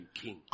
king